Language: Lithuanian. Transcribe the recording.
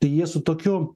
tai jie su tokiu